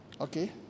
okay